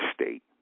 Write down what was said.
state